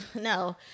no